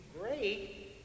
great